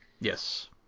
Yes